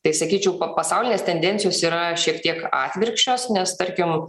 tai sakyčiau pasaulinės tendencijos yra šiek tiek atvirkščios nes tarkim